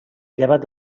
llevat